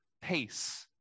pace